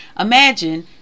Imagine